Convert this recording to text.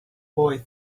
boy